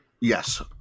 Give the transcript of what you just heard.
Yes